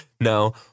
No